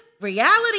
Reality